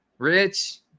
Rich